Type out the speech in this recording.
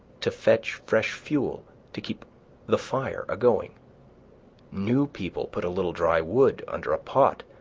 to fetch fresh fuel to keep the fire a-going new people put a little dry wood under a pot,